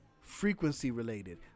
frequency-related